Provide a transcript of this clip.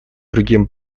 другим